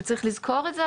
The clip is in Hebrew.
וצריך לזכור את זה,